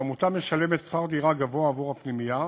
שהעמותה משלמת שכר דירה גבוה עבור הפנימייה,